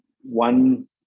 one